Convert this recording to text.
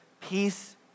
Peace